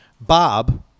Bob